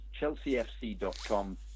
chelseafc.com